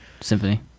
symphony